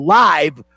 live